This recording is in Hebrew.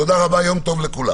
תודה רבה, יום טוב לכולם.